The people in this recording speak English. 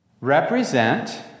represent